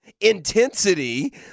intensity